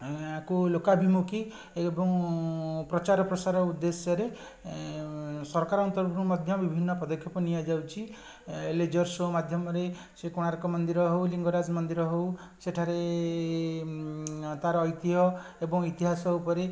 ଏଁ ଆକୁ ଲୋକାଭିମୁଖୀ ଏବଂ ପ୍ରଚାରପ୍ରସାର ଉଦ୍ଦେଶ୍ୟରେ ସରକାରଙ୍କ ତରଫରୁ ମଧ୍ୟ ବିଭିନ୍ନ ପଦକ୍ଷେପ ନିଆଯାଉଛି ଏଁ ଲେଜର ସୋ ମାଧ୍ୟମରେ ସେ କୋଣାର୍କ ମନ୍ଦିର ହେଉ ଲିଙ୍ଗରାଜ ମନ୍ଦିର ହେଉ ସେଠାରେ ତାର ଐତିହ ଏବଂ ଇତିହାସ ଉପରେ